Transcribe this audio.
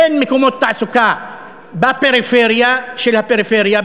אין מקומות תעסוקה בפריפריה של הפריפריה,